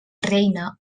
reina